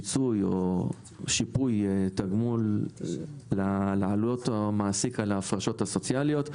פיצוי או שיפוי תגמול לעלויות המעסיק על ההפרשות הסוציאליות.